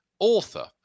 Author